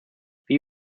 wie